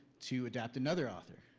to adapt another author?